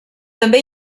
també